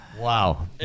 Wow